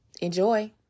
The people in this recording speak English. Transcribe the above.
Enjoy